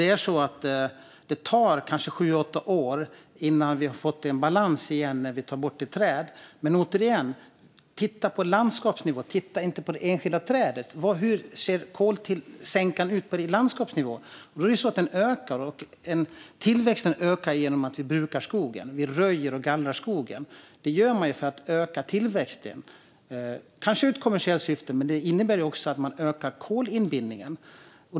Fru talman! Det tar kanske sju åtta år innan vi har fått en balans igen efter att vi har tagit bort ett träd. Men återigen: Titta på landskapsnivå och inte på det enskilda trädet! Hur ser kolsänkan ut på landskapsnivå? Den ökar, och tillväxten ökar genom att vi brukar skogen. Vi röjer och gallrar skogen för att öka tillväxten, kanske i ett kommersiellt syfte, men det innebär också att kolinbindningen ökar.